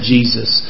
Jesus